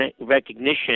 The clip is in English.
recognition